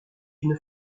une